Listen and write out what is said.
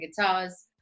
guitars